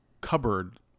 cupboard